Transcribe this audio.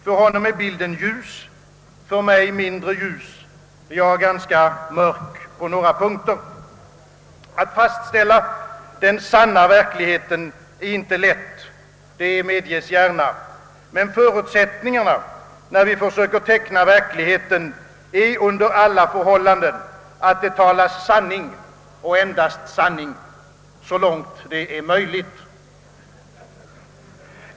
För honom är bilden ljus, för mig mindre ljus, ja, ganska mörk på några punkter. Att fastställa den sanna verkligheten är inte lätt, det medges gärna, men förutsättningarna, när vi försöker teckna verkligheten, är under alla förhållanden att det talas sanning och endast sanning — så långt det är möjligt.